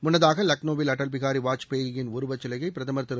முன்னதாக லக்னோவில் அடல் பிஹாரி வாஜ்பாயி ன் உருவச் சிலையை பிரதமர் திரு